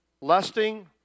lusting